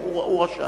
הוא רשאי.